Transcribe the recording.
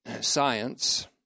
science